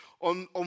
on